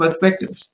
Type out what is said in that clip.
perspectives